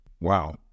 Wow